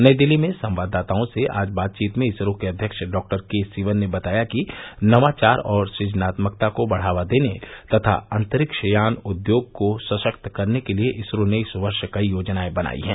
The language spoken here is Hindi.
नई दिल्ली में संवाददाताओं से आज बातचीत में इसरो के अध्यक्ष डॉ के सिवन ने बताया कि नवाचार और सुजनात्मकता को बढ़ावा देने तथा अंतरिक्ष यान उद्योग को सशक्त करने के लिए इसरो ने इस वर्ष कई योजनाए बनाई हैं